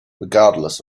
regardless